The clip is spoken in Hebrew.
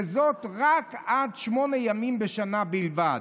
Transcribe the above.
וזאת רק עד שמונה ימים בשנה בלבד.